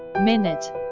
Minute